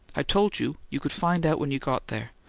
i told you, you could find out when you got there.